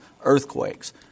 earthquakes